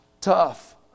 tough